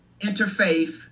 interfaith